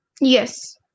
Yes